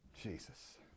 Jesus